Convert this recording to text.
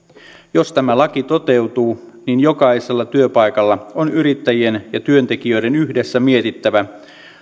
jos tämä laki toteutuu niin jokaisella työpaikalla on yrittäjien ja työntekijöiden yhdessä mietittävä